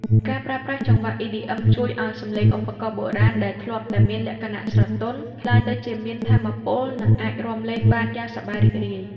ការប្រើប្រាស់ចង្វាក់ EDM ជួយឱ្យសំឡេងឧបករណ៍បុរាណដែលធ្លាប់តែមានលក្ខណៈស្រទន់ ក្លាយទៅជាមានថាមពល និងអាចរាំលេងបានយ៉ាងសប្បាយរីករាយ។